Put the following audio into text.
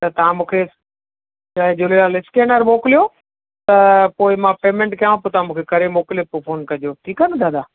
त तव्हां मूंखे जय झूलेलाल स्केनर मोकिलियो त पोइ मां पेमेंट कयांव पोइ तव्हां मूंखे मूंखे करे मोकिले पोइ फ़ोन कजो ठीकु आहे न दादा